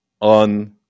on